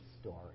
story